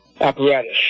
Apparatus